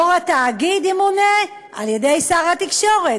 יו"ר התאגיד ימונה על-ידי שר התקשורת,